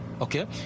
okay